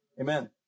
Amen